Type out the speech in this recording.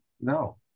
no